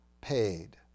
paid